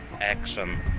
action